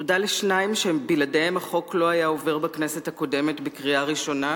תודה לשניים שבלעדיהם החוק לא היה עובר בכנסת הקודמת בקריאה ראשונה,